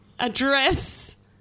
address